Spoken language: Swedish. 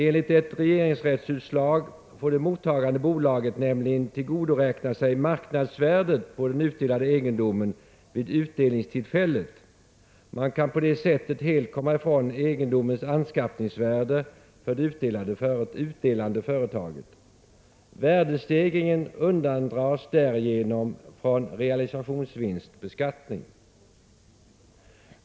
Enligt ett regeringsrättsutslag får det mottagande bolaget nämligen tillgodoräkna sig marknadsvärdet på den utdelade egendomen vid utdelningstillfället. Man kan på det sättet helt komma ifrån egendomens anskaffningsvärde för det utdelande företaget. Värdestegringen undandras därigenom från realisationsvinstsbeskattning.